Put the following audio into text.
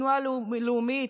תנועה לאומית,